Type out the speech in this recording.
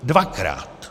Dvakrát.